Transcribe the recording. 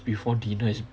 before dinner